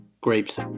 Grapes